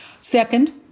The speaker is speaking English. Second